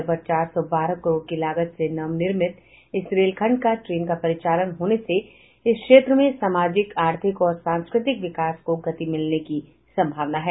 लगभग चार सौ बारह करोड़ की लागत से नवनिर्मित इस रेलखंड पर ट्रेन का परिचालन होने से इस क्षेत्र में सामाजिक आर्थिक और सांस्कृतिक विकास को गति मिलने की संभावना है